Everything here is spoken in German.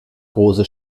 große